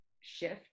shift